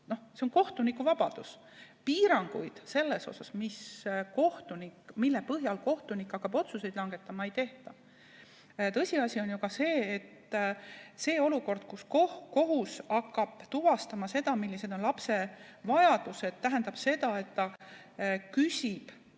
See on kohtuniku vabadus. Piiranguid selle kohta, mille põhjal kohtunik hakkab otsuseid langetama, ei tehta. Tõsiasi on ka see, et olukord, kus kohus hakkab tuvastama, millised on lapse vajadused, tähendab seda, et ta küsib